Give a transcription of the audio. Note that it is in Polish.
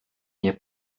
nie